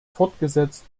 fortgesetzt